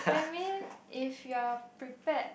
I mean if you're prepared